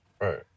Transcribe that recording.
Right